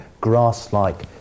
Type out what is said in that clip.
grass-like